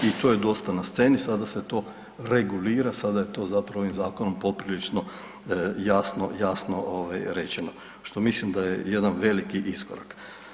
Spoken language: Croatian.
I to je dosta na sceni, sada se to regulira, sada je to zapravo ovim zakonom poprilično jasno, jasno ovaj rečeno što mislim da je jedan veliki iskorak.